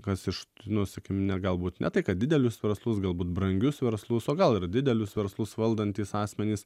kas iš t nu sakykim ne galbūt ne tai kad didelius verslus galbūt brangius verslus o gal ir didelius verslus valdantys asmenys